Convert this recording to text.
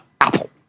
Apple